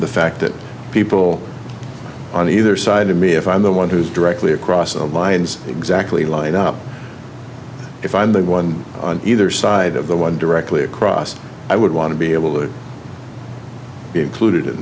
the fact that people on either side of me if i'm the one who's directly across the viands exactly line up if i'm the one on either side of the one directly across i would want to be able to included in